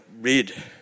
read